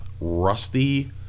rusty